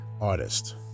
artist